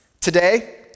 today